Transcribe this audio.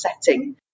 setting